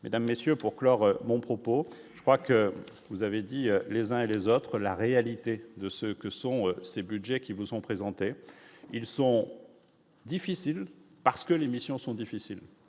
mesdames, messieurs, pour clore mon propos, je crois que vous avez dit les uns et les autres, la réalité de ce que sont ces Budgets qui nous sont présentés, ils sont difficiles parce que les missions sont difficiles